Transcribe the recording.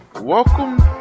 welcome